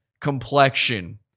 complexion